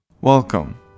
Welcome